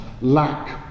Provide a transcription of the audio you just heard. lack